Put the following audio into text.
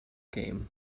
game